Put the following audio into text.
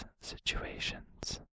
situations